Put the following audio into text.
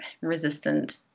resistant